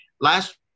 Last